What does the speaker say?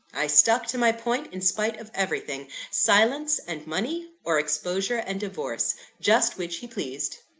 i stuck to my point in spite of everything silence and money, or exposure and divorce just which he pleased.